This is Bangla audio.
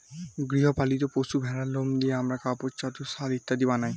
গৃহ পালিত পশু ভেড়ার লোম দিয়ে আমরা কাপড়, চাদর, শাল ইত্যাদি বানাই